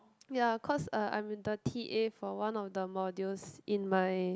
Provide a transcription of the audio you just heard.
ya cause uh I'm in the t_a for one of the modules in my